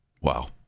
Wow